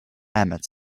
emmett